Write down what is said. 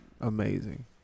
amazing